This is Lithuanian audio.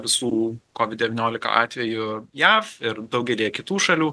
visų covid devyniolika atvejų jav ir daugelyje kitų šalių